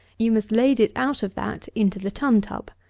you must lade it out of that into the tun-tub,